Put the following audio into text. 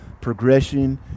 progression